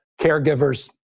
caregivers